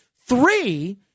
Three